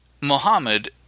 Muhammad